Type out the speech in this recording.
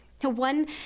one